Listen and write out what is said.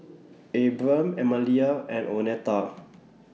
Abram Emilia and Oneta